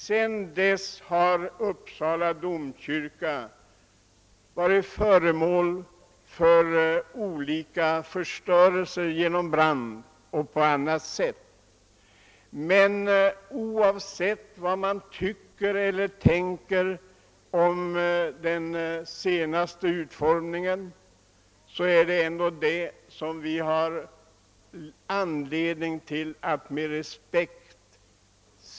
Sedan dess har Uppsala domkyrka varit föremål för förstörelse av olika slag, brand m.m. Men oavsett vad man tycker eller tänker om den senaste utformningen har vi anledning att se på kyrkan med respekt.